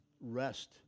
rest